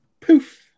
poof